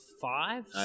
Five